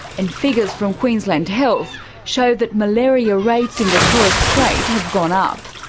and figures from queensland health show that malaria rates in the torres strait have gone up.